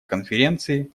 конференции